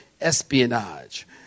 espionage